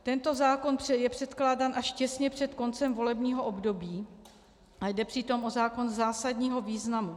Tento zákon je předkládán až těsně před koncem volebního období a jde přitom o zákon zásadního významu.